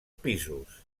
pisos